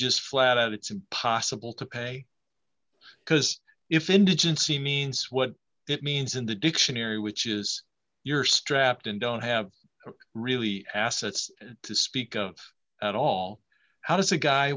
just flat out it's impossible to pay because if indigency means what it means in the dictionary which is you're strapped and don't have really assets to speak of at all how does a guy